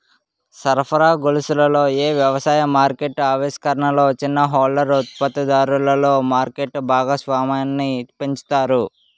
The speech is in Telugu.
సరఫరా గొలుసులలో ఏ వ్యవసాయ మార్కెట్ ఆవిష్కరణలు చిన్న హోల్డర్ ఉత్పత్తిదారులలో మార్కెట్ భాగస్వామ్యాన్ని పెంచుతాయి?